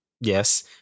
Yes